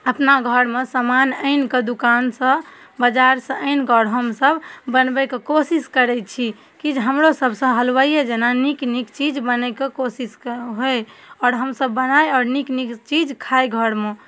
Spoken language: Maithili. अपना घरमे समान आनिकऽ दोकानसँ बजारसँ आनिकऽ आओर हमसभ बनबैके कोशिश करै छी कि जे हमरो सबसँ हलवाइए जेना नीक नीक चीज बनैके कोशिश होइ आओर हमसभ बनाइ आओर नीक नीक चीज खाइ घरमे